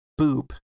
boop